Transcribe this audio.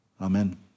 Amen